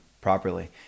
properly